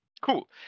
Cool